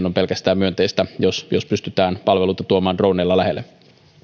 on pelkästään myönteistä jos jos pystytään palveluita tuomaan droneilla lähelle